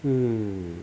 hmm